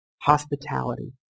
Hospitality